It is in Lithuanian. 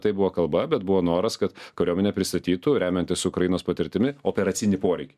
tai buvo kalba bet buvo noras kad kariuomenė pristatytų remiantis ukrainos patirtimi operacinį poreikį